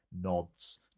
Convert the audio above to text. nods